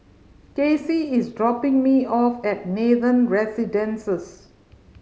Kacie is dropping me off at Nathan Residences